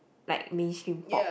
like mainstream pop